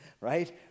right